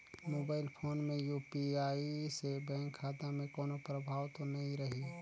Mobile phone मे UPI से bank खाता मे कोनो प्रभाव तो नइ रही?